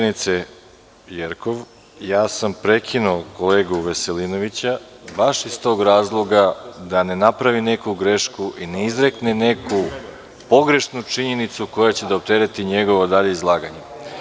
Koleginice Jerkov, prekinuo sam kolegu Veselinovića baš iz tog razloga da ne napravi neku grešku i ne izrekne neku pogrešnu činjenicu koja će da optereti njegovo dalje izlaganje.